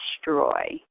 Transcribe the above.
destroy